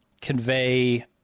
convey